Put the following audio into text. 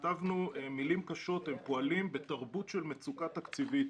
כתבנו מילים קשות: הם פועלים בתרבות של מצוקה תקציבית,